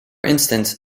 instance